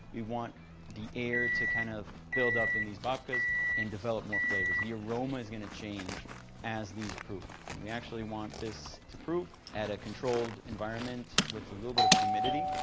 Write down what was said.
we want the air to kind of build up in these babkas and develop more flavors. the aroma is gonna change as these proof and we actually want this to proof at a controlled environment with a little bit of humidity.